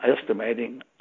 estimating